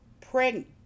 pregnant